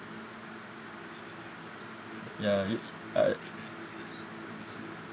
ya you I